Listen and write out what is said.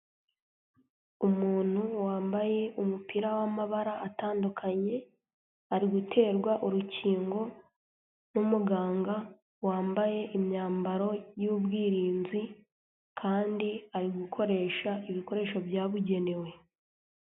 Umuntu wambaye umupira w'amabara atandukanye, ari guterwa urukingo n'umuganga wambaye imyambaro y'ubwirinzi kandi ari gukoresha ibikoresho byabugenewe.